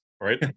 right